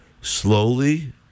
slowly